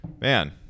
man